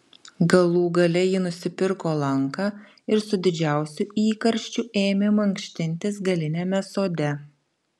galų gale ji nusipirko lanką ir su didžiausiu įkarščiu ėmė mankštintis galiniame sode